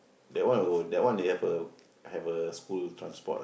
that one will that one have a have a school transport ah